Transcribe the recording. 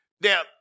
now